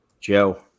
Joe